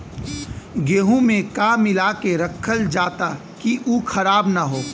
गेहूँ में का मिलाके रखल जाता कि उ खराब न हो?